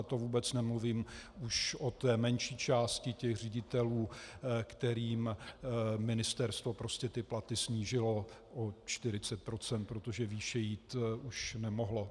A to vůbec nemluvím už o té menší části ředitelů, kterým ministerstvo prostě platy snížilo o 40 %, protože výše jít už nemohlo.